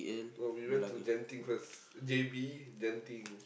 but we went to Genting first J_B Genting